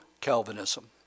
Calvinism